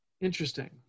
Interesting